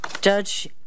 Judge